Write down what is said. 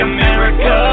America